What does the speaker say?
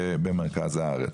במרכז הארץ.